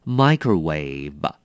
microwave